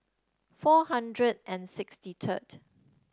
four hundred and sixty third